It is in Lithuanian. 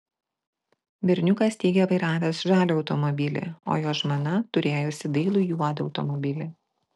berniukas teigė vairavęs žalią automobilį o jo žmona turėjusi dailų juodą automobilį